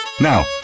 Now